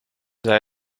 zij